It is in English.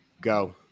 Go